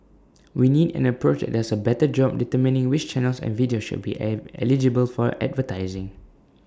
we need an approach that does A better job determining which channels and videos should be able eligible for advertising